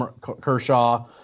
Kershaw